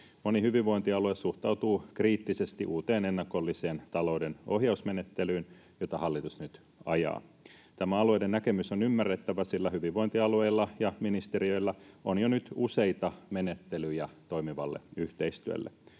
Moni hyvinvointialue suhtautuu kriittisesti uuteen, ennakolliseen talouden ohjausmenettelyyn, jota hallitus nyt ajaa. Tämä alueiden näkemys on ymmärrettävä, sillä hyvinvointialueilla ja ministeriöillä on jo nyt useita menettelyjä toimivalle yhteistyölle.